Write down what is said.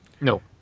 no